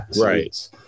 Right